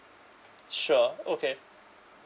sure okay